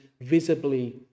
visibly